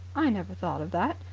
i never thought of that.